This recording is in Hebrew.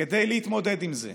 כדי להתמודד עם זה,